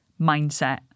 mindset